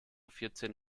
vierzehn